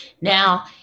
Now